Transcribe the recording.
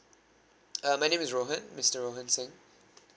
uh my name is rohan mister rohan singh